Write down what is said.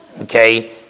Okay